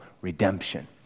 redemption